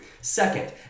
second